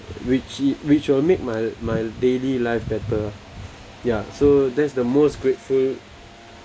which it which will make my my daily life better ya so that's the most grateful